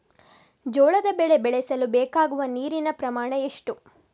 ಜೋಳದ ಬೆಳೆ ಬೆಳೆಸಲು ಬೇಕಾಗುವ ನೀರಿನ ಪ್ರಮಾಣ ಎಷ್ಟು?